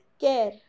care